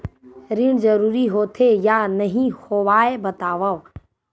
ऋण जरूरी होथे या नहीं होवाए बतावव?